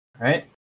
right